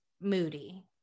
moody